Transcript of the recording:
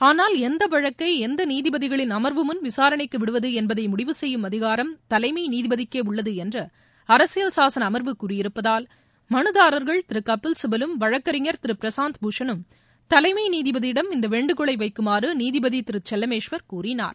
ஆனால் எந்த வழக்கை எந்த நீதிபதிகளின் அமா்வு முன் விசாரணைக்கு விடுவது என்பதை முடிவு செய்யும் அதிகாரம் தலைமை நீதிபதிக்கே உள்ளது என்று அரசியல் சாசன அம்வு கூறியிருப்பதால் மனுதாரா்கள் திரு கபில் சிபலும் வழக்கறிஞர் திரு பிரசாத் பூஷனும் தலைமை நீதிபதியிடம் இந்த வேண்டகோளை வைக்குமாறு நீதிபதி திரு செல்லமேஷ்வர் கூறினார்